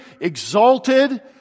exalted